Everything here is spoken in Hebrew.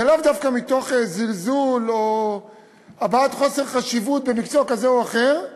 זה לאו דווקא מתוך זלזול או הבעת חוסר חשיבות של מקצוע כזה או אחר,